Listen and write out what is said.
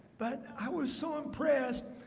but i was so impressed.